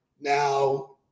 Now